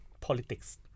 politics